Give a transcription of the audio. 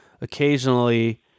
occasionally